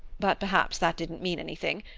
but perhaps that didn't mean anything.